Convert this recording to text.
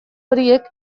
horiek